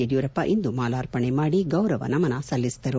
ಯಡಿಯೂರಪ್ಪ ಇಂದು ಮಾಲಾರ್ಪಣೆ ಮಾಡಿ ಗೌರವ ನಮನ ಸಲ್ಲಿಸಿದರು